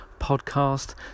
podcast